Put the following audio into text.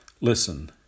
Listen